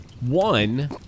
One